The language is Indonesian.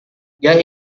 dia